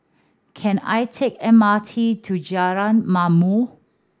can I take M R T to Jalan Ma'mor